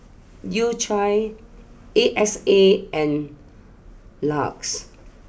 U Cha A X A and LUX